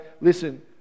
listen